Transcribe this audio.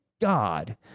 God